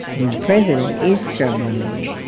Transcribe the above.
when the president is term-limited.